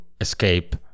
escape